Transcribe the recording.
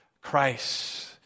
christ